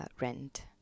rent